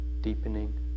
deepening